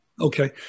Okay